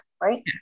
right